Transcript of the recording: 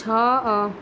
ଛଅ